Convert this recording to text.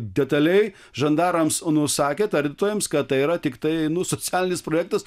detaliai žandarams nusakė tardytojams kad tai yra tiktai nu socialinis projektas